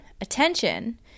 attention